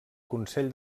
consell